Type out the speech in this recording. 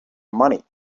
money